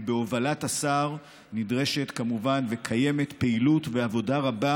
ובהובלת השר נדרשת כמובן וקיימת פעילות ועבודה רבה